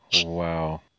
Wow